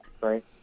right